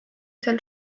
sel